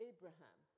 Abraham